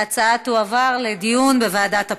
ההצעה תועבר לדיון בוועדת הפנים.